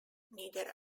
neither